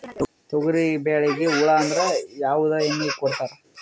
ತೊಗರಿಬೇಳಿಗಿ ಹುಳ ಆದರ ಯಾವದ ಎಣ್ಣಿ ಹೊಡಿತ್ತಾರ?